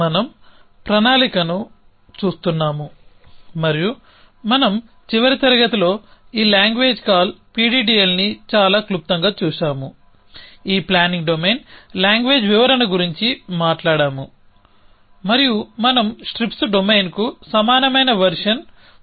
మనం ప్రణాళికను చూస్తున్నాము మరియు మనం చివరి తరగతిలో ఈ లాంగ్వేజ్ కాల్ PDDL ని చాలా క్లుప్తంగా చూశాము ఈ ప్లానింగ్ డొమైన్ లాంగ్వేజ్ వివరణ గురించి మాట్లాడాము మరియు మనం స్ట్రిప్స్ డొమైన్కు సమానమైన వెర్షన్ 1